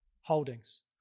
holdings